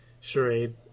charade